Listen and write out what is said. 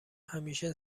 همیشه